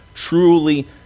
truly